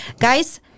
Guys